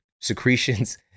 secretions